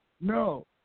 No